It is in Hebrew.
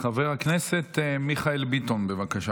חבר הכנסת מיכאל ביטון, בבקשה.